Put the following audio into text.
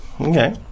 Okay